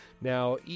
Now